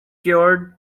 cured